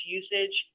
usage